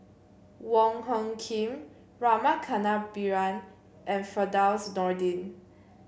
Wong Hung Khim Rama Kannabiran and Firdaus Nordin